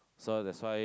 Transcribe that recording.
so that's why